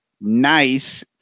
Nice